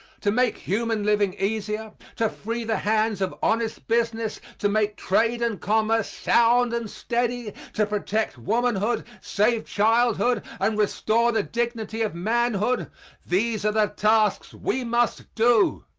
to make human living easier, to free the hands of honest business, to make trade and commerce sound and steady, to protect womanhood, save childhood and restore the dignity of manhood these are the tasks we must do.